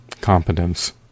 competence